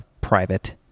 private